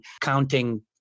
counting